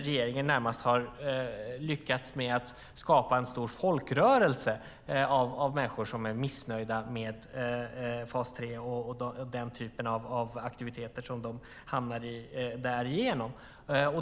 Regeringen har närmast lyckats skapa en stor folkrörelse av människor som är missnöjda med fas 3 och den typen av aktiviteter som de hamnar i därigenom.